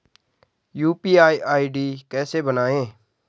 UPI ID कैसे बनायें?